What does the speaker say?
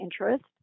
interest